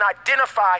identify